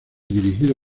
dirigido